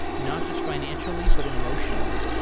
not just financially, but emotionally.